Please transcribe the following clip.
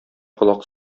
колак